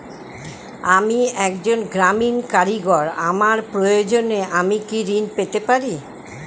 আমি একজন গ্রামীণ কারিগর আমার প্রয়োজনৃ আমি কি ঋণ পেতে পারি?